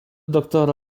doktora